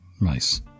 Nice